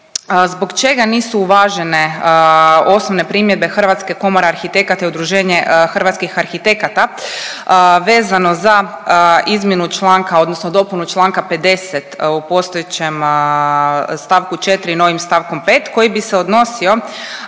zbog čega nisu uvažene osnovne primjedbe Hrvatske komore arhitekata i Udruženje hrvatskih arhitekata vezano za izmjenu članka odnosno dopunu članka 50 u postojećem stavku 4 i novim stavkom 5, koji bi se odnosio